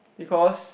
because